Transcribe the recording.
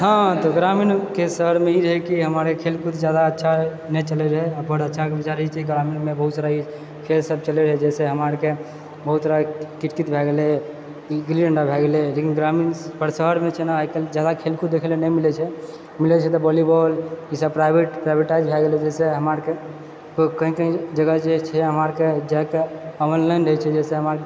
हाँ तऽ ओकरामे ने कि सर ई रहै कि हमारे खेलकूद जादा अच्छा हय नहि चलै रहै अपन अच्छाके गुजारिशके कारण हमे बहुत तरहकेँ केश सब चलै रहै जैसे हमरा आरकऽ बहुत तरह कीच कीच भए गेलै गुल्ली डंडा भए गेलै लेकिन ग्रामीण पर शहरमे केना ऐसन जगह खेलकूद देखै लऽ नहि मिलैत छै मिलै छै तऽ वोलीबॉल ई सब प्राइवेट प्राइवेटाइज भए गेलै वैसे हमरा आरके कहीं कहीं जगह जे छै हमरा आरके जाएसँ अमल नहि दए छै जाहिसँ हमरा